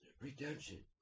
redemption